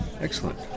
Excellent